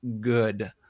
good